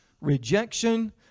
rejection